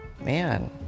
man